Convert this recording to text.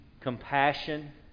compassion